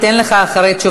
חבר הכנסת חאג' יחיא,